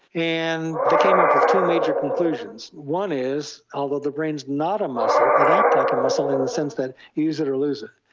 and they came up with two major conclusions. one is although the brain is not a muscle it acts like a muscle in the sense of use it or lose it.